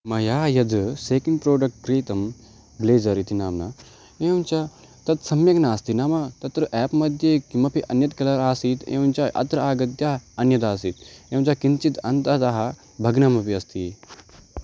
मया यद् second product क्रीतं ब्लेसर् इति नाम्ना एवञ्च तद् सम्यग् नास्ति नाम तत्र आप्मध्ये किमपि अन्यत् कलर् आसीत् एवञ्च अत्र आगत्य अन्यद् आसीत् एवञ्च किञ्चित् अन्ततः भग्नमपि अस्ति